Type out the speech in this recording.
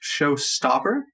showstopper